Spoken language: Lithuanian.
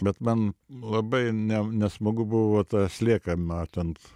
bet man labai ne nesmagu buvo tą slieką maut ant